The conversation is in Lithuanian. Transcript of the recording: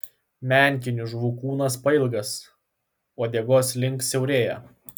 menkinių žuvų kūnas pailgas uodegos link siaurėja